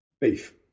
beef